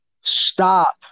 stop